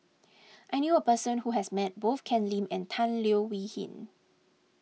I knew a person who has met both Ken Lim and Tan Leo Wee Hin